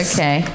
Okay